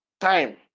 Time